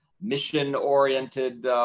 mission-oriented